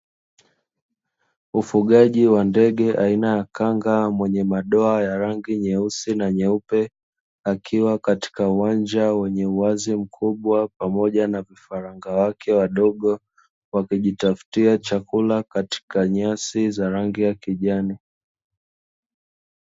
Ufugaji wa ndege aina ya kanga mwenye madoa ya rangi nyeusi na nyeupe, akiwa katika uwanja wenye uwazi mkubwa pamoja na vifaranga wake wadogo, wakijitaftia chakula katika nyasi za rangi ya kijani.